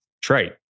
trait